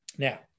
Now